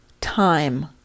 time